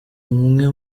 umwe